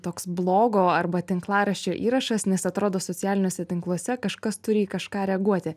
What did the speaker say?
toks blogo arba tinklaraščio įrašas nes atrodo socialiniuose tinkluose kažkas turi į kažką reaguoti